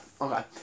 Okay